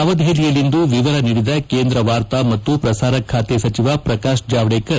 ನವದೆಹಲಿಯಲ್ಲಿಂದು ವಿವರ ನೀಡಿದ ಕೇಂದ್ರ ವಾರ್ತಾ ಮತ್ತು ಪ್ರಸಾರ ಖಾತೆ ಸಚಿವ ಪ್ರಕಾಶ್ ಜಾವಡೇಕರ್